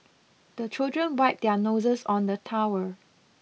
the children wipe their noses on the towel